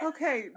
Okay